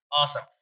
awesome